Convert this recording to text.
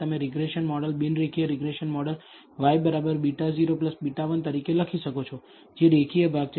તમે regression model બિન રેખીય રીગ્રેસન મોડેલ y β0 β1 તરીકે લખી શકો છો જે રેખીય ભાગ છે